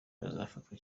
bazafatwa